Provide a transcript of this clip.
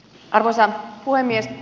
arvoisa puhemies